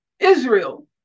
Israel